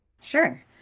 Sure